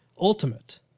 ultimate